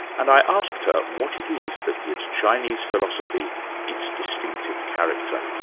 and i asked her what it is that gives chinese philosophy its distinctive character.